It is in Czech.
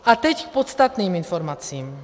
A teď k podstatným informacím.